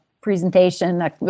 presentation